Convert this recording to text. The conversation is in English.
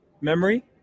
Memory